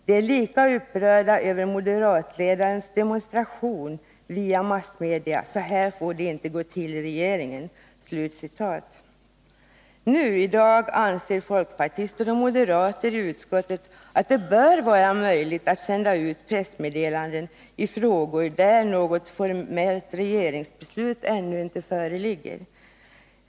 De är lika upprörda över moderatledarens demonstration via massmedia: Så här får det inte gå till i regeringen.” Nu anser folkpartister och moderater i utskottet att det bör vara möjligt att sända pressmeddelanden i frågor där något formellt regeringsbeslut ännu inte föreligger.